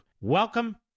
Welcome